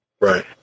Right